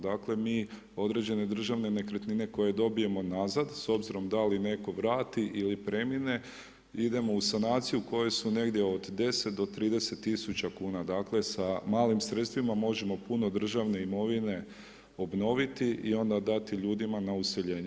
Dakle, mi određene državne nekretnine koje dobijemo nazad s obzirom da li netko vrati ili premine idemo u sanaciju koje su negdje od 10 do 30.000,00 kn, dakle, sa malim sredstvima možemo puno državne imovine obnoviti i onda dati ljudima na useljenje.